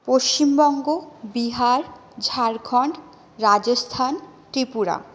Paschimbanga Bihar Jharkhand Rajasthan Tripura